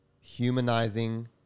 humanizing